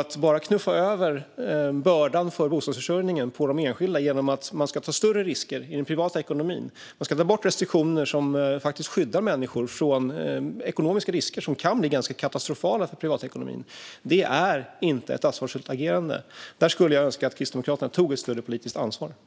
Att bara knuffa över bördan för bostadsförsörjningen på de enskilda genom att de ska ta större risker i den privata ekonomin och genom att ta bort restriktioner som skyddar människor från ekonomiska risker som kan bli ganska katastrofala för privatekonomin är inte ett ansvarsfullt agerande. Jag skulle önska att Kristdemokraterna tog ett större politiskt ansvar där.